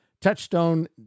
Touchstone